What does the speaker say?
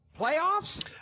playoffs